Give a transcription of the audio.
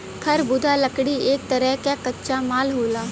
खरबुदाह लकड़ी एक तरे क कच्चा माल होला